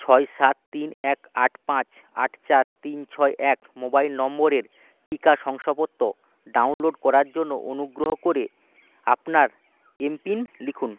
ছয় সাত তিন এক আট পাঁচ আট চার তিন ছয় এক মোবাইল নম্বরের টিকা শংসাপত্র ডাউনলোড করার জন্য অনুগ্রহ করে আপনার এমপিন লিখুন